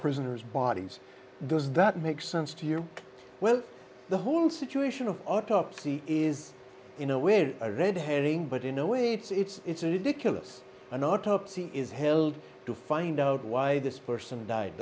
prisoners bodies does that make sense to you well the whole situation of autopsy is in a way a red herring but in a way it's a ridiculous an autopsy is held to find out why this person died